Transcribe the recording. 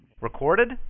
recorded